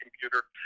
computer